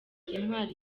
intwari